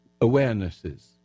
awarenesses